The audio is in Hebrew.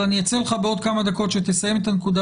אבל אני עוצר אותך בעוד כמה דקות שתסיים את הנקודה